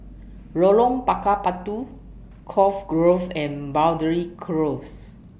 Lorong Bakar Batu Cove Grove and Boundary Close